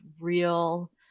real